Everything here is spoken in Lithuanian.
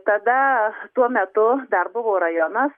tada tuo metu dar buvo rajonas